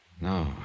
No